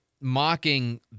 mocking